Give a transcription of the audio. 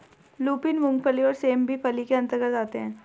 lupin, मूंगफली और सेम भी फली के अंतर्गत आते हैं